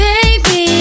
Baby